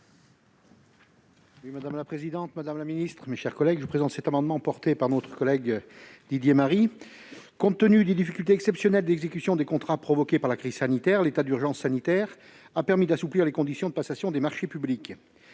Oui, madame la présidente, Madame la Ministre, mes chers collègues, je présente cet amendement porté par notre collègue Didier Marie, compte tenu des difficultés exceptionnelles d'exécution des contrats provoquée par la crise sanitaire, l'état d'urgence sanitaire a permis d'assouplir les conditions de passation des marchés publics,